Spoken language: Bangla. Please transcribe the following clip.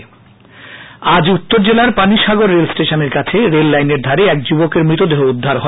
মৃতদেহ উদ্ধার আজ উত্তর জেলার পানিসাগর রেল স্টেশনের কাছে রেল লাইনের ধারে এক যুবকের মৃতদেহ উদ্ধার হয়